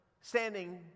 standing